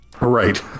Right